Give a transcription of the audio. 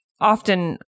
often